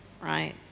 right